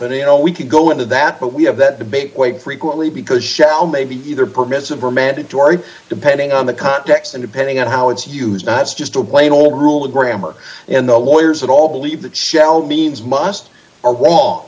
and you know we could go into that but we have that debate quite frequently because shall may be either permissive or mandatory depending on the context and depending on how it's used was just a plain old rule of grammar and the lawyers at all believe that shall means must are wrong